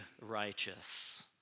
righteous